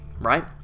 right